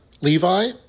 Levi